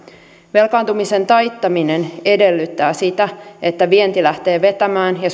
velkaantumisen taittaminen edellyttää sitä että vienti lähtee vetämään ja